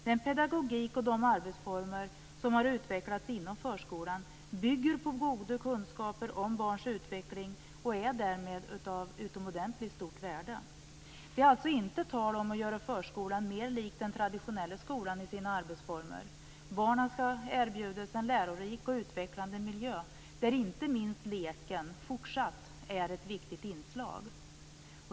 Den pedagogik och de arbetsformer som har utvecklats inom förskolan bygger på goda kunskaper om barns utveckling och är därmed av utomordentligt stort värde. Det är alltså inte tal om att göra förskolan mer lik den traditionella skolan i sina arbetsformer. Barnen skall erbjudas en lärorik och utvecklande miljö där inte minst leken fortsatt är ett viktigt inslag.